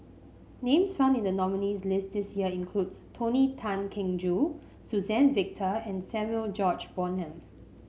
names found in the nominees' list this year include Tony Tan Keng Joo Suzann Victor and Samuel George Bonham